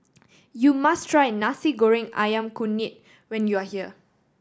you must try Nasi Goreng Ayam Kunyit when you are here